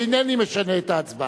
אינני משנה את ההצבעה.